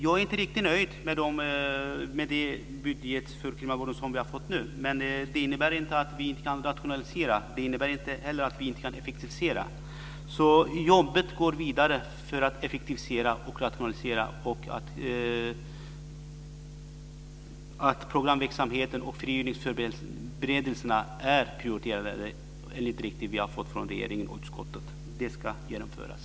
Jag är inte riktigt nöjd med det budgetutrymme för kriminalvården som vi nu har fått men det innebär för den skull inte att vi inte kan rationalisera och effektivisera, så jobbet går vidare för att rationalisera och effektivisera. Programverksamheten och frigivningsförberedelserna är prioriterade enligt direktiv som vi fått från regeringen och utskottet och ska genomföras.